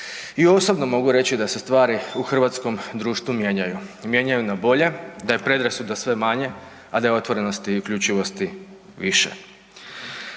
I osobno mogu reći da se stvari u hrvatskom društvu mijenjaju, mijenjaju na bolje, da je predrasuda sve manje, a da je otvorenost uključivosti više.